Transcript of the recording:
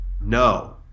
No